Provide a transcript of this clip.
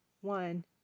one